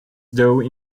though